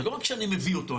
זה לא רק שאני מביא אותו,